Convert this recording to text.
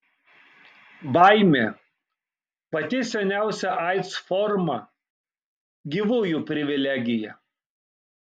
baimė pati seniausia aids forma gyvųjų privilegija